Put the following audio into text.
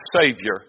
Savior